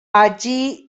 allí